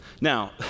Now